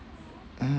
uh